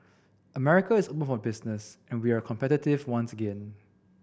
America is open for business and we are competitive once again